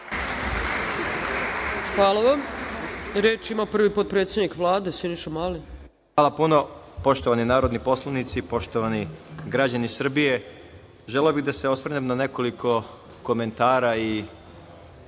Hvala vam. Reč ima prvi potpredsednik Vlade, Siniša Mali. **Siniša Mali** Hvala puno. Poštovani narodni poslanici, poštovani građani Srbije, želeo bih da se osvrnem na nekoliko komentara i